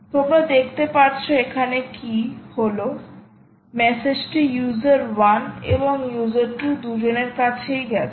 তোমরা দেখতে পারছ এখানে কি হলো মেসেজটি ইউজার 1 এবং ইউজার 2 দুজনের কাছেই গেছে